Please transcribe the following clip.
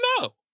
no